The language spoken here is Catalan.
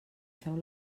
feu